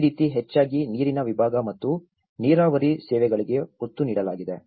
ಈ ರೀತಿ ಹೆಚ್ಚಾಗಿ ನೀರಿನ ವಿಭಾಗ ಮತ್ತು ನೀರಾವರಿ ಸೇವೆಗಳಿಗೆ ಒತ್ತು ನೀಡಲಾಗಿದೆ